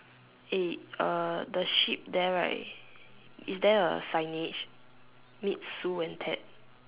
eh uh the ship there right is there a signage reap su and tat